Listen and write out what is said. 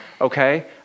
okay